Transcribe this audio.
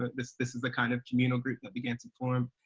but this this is the kind of communal group that began to form.